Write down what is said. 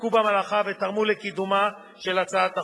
שעסקו במלאכה ותרמו לקידומה של הצעת החוק.